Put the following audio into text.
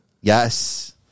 Yes